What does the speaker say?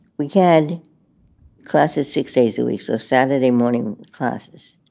we had classes six days a week, so saturday morning classes.